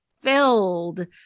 filled